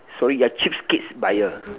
sorry you're cheapskates buyer